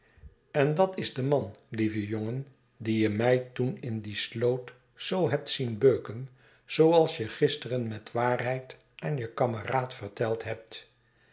en dat is de man lieve jongen dien je mij toen in die sloot zoo hebt zien beuken zooals je gisteren met waarheid aan je kameraad verteld hebt